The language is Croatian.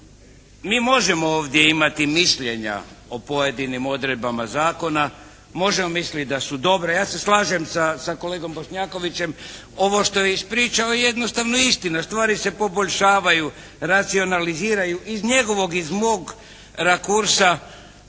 mi možemo ovdje imati mišljenja o pojedinim odredbama zakona, možemo misliti da su dobre. Ja se slažem sa kolegom Bošnjakovićem. Ovo što je ispričao je jednostavno istina. Stvari se poboljšavaju, racionaliziraju iz njegovog, iz mog rakursa.